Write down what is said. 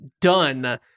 done